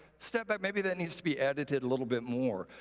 step back, maybe that needs to be edited a little bit more.